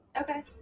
Okay